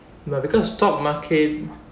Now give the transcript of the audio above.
no because stock market